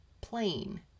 Plain